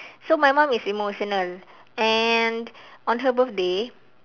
so my mum is emotional and on her birthday